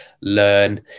learn